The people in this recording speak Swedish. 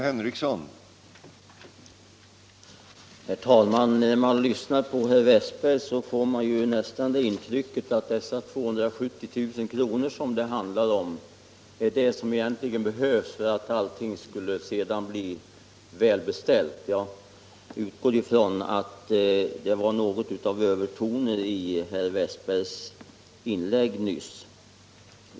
Herr talman! När man lyssnade på herr Westberg i Ljusdal fick man nästan det intrycket att de 270 000 kr. som det här handlar om är vad som egentligen behövs för att allting sedan skall vara väl beställt. Jag utgår ifrån att det var litet övertoner i herr Westbergs inlägg nyss.